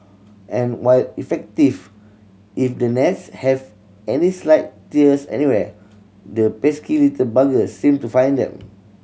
and while effective if the nets have any slight tears anywhere the pesky little buggers seem to find them